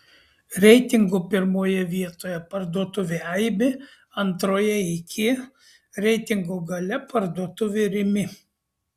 reitingo pirmoje vietoje parduotuvė aibė antroje iki reitingo gale parduotuvė rimi